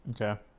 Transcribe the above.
okay